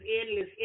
endless